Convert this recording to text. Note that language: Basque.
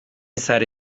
sare